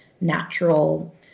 natural